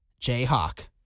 Jayhawk